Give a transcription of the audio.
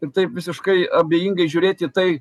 ir taip visiškai abejingai žiūrėt į tai